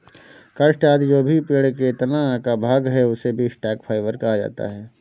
काष्ठ आदि भी जो पेड़ के तना का भाग है, उसे भी स्टॉक फाइवर कहा जाता है